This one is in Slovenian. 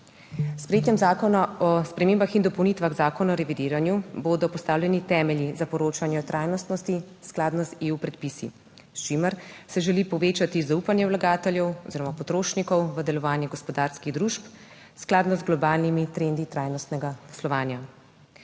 sprejetjem zakona o spremembah in dopolnitvah Zakona o revidiranju bodo postavljeni temelji za poročanje o trajnostnosti skladno s predpisi EU, s čimer se želi povečati zaupanje vlagateljev oziroma potrošnikov v delovanje gospodarskih družb skladno z globalnimi trendi trajnostnega poslovanja.